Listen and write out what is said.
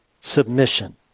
submission